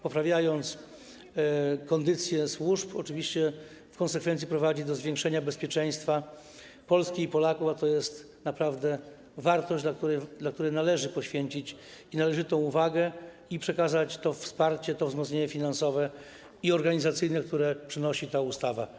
Poprawiając kondycję służb, oczywiście w konsekwencji prowadzi do zwiększenia bezpieczeństwa Polski i Polaków, a to jest naprawdę wartość, której należy poświęcić należytą uwagę i dla której należy przekazać to wsparcie, to wzmocnienie finansowe i organizacyjne, które przynosi ta ustawa.